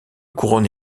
couronne